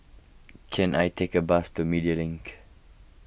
can I take a bus to Media Link